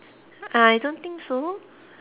I don't think so